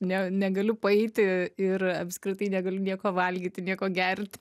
ne negaliu paeiti ir apskritai negaliu nieko valgyti nieko gerti